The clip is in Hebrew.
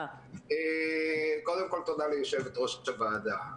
קודם כול תודה ליושבת-ראש הוועדה.